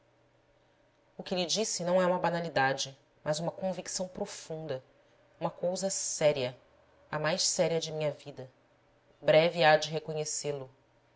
o que lhe disse não é uma banalidade mas uma convicção profunda uma cousa séria a mais séria de minha vida breve há de reconhecê lo